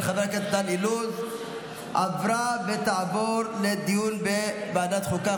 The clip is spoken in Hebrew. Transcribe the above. לוועדת החוקה,